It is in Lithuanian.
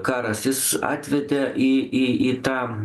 karas jis atvedė į į į tą